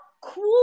cool